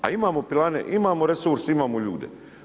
A imamo pilane, imamo resurs, imamo ljude.